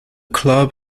club